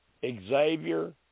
Xavier